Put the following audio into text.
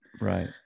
right